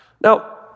Now